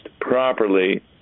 properly